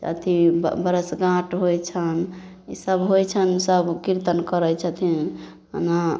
अथी ब बरसगाँठ होइ छनि ईसब होइ छनि सब किरतन करै छथिन जेना